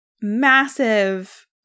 massive